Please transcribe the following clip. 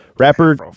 Rapper